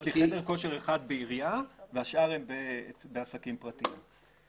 יש לי חדר כושר אחד בעירייה והשאר עסקים פרטיים.